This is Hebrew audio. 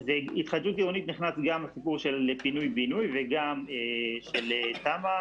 בהתחדשות עירונית נכנס גם הסיפור של פינוי בינוי וגם של תמ"א,